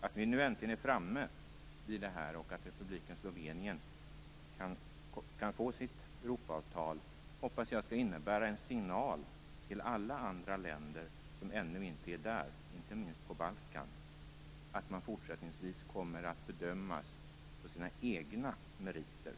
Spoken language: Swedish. Att vi nu äntligen är framme vid det här, och att republiken Slovenien kan få sitt Europaavtal, hoppas jag skall innebära en signal till alla andra länder - inte minst på Balkan - som ännu inte är där om att man fortsättningsvis kommer att bedömas på sina egna meriter.